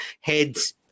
Head's